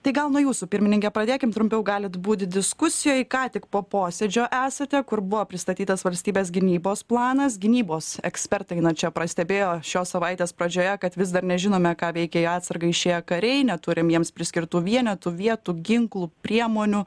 tai gal nuo jūsų pirmininke pradėkim trumpiau galit būt diskusijoj ką tik po posėdžio esate kur buvo pristatytas valstybės gynybos planas gynybos ekspertai na čia prastebėjo šios savaitės pradžioje kad vis dar nežinome ką veikia į atsargą išėję kariai neturim jiems priskirtų vienetų vietų ginklų priemonių